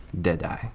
Deadeye